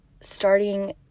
starting